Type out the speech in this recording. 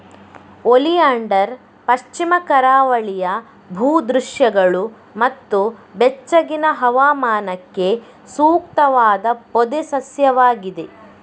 oleander ಪಶ್ಚಿಮ ಕರಾವಳಿಯ ಭೂ ದೃಶ್ಯಗಳು ಮತ್ತು ಬೆಚ್ಚಗಿನ ಹವಾಮಾನಕ್ಕೆ ಸೂಕ್ತವಾದ ಪೊದೆ ಸಸ್ಯವಾಗಿದೆ